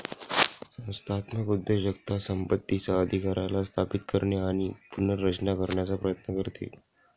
संस्थात्मक उद्योजकता संपत्तीचा अधिकाराला स्थापित करणे आणि पुनर्रचना करण्याचा प्रयत्न करते